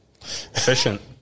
Efficient